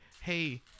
Hey